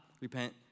repent